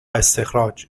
استخراج